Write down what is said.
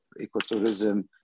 ecotourism